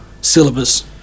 syllabus